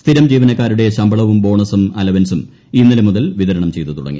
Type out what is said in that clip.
സ്ഥിരം ജീവനക്കാരുടെ ശമ്പളവും ബോണസും അലവൻസും ഇന്നലെ മുതൽ വിതരണം ചെയ്തു തുടങ്ങി